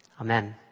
Amen